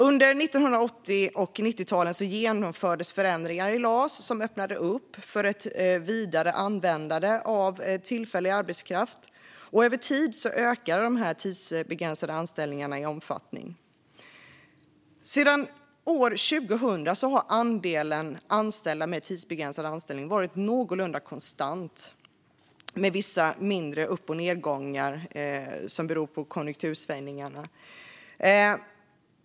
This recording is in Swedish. Under 1980 och 1990-talen genomfördes förändringar i LAS som öppnade för ett vidare användande av tillfällig arbetskraft. Över tid ökade de tidsbegränsade anställningarna i omfattning. Sedan 2000 har andelen anställda med tidsbegränsad anställning varit någorlunda konstant, med vissa mindre upp och nedgångar beroende på konjunktursvängningarna.